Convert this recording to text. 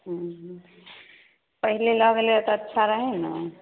हुँ पहिले लऽ गेलिए तऽ अच्छा रहै ने